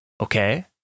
okay